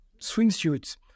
swimsuit